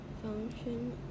Function